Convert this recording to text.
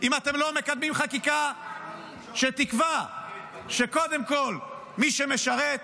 אם אתם לא מקדמים חקיקה שתקבע שקודם כול מי שמשרת,